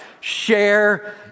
Share